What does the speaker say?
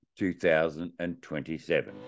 2027